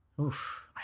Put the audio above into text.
oof